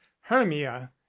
Hermia